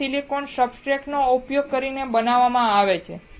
તે silicon substrate નો ઉપયોગ કરીને બનાવવામાં આવે છે